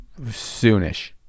soonish